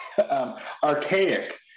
archaic